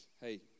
hey